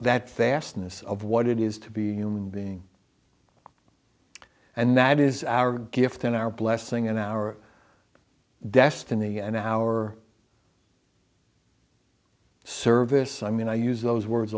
fastness of what it is to be human being and that is our gift and our blessing and our destiny and our service i mean i use those words